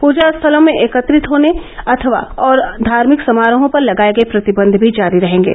पूजा स्थलों में एकत्रित होने अथवा और धार्मिक समारोहों पर लगाए गए प्रतिबंध भी जारी रहेंगे